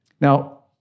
Now